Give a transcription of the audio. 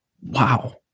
wow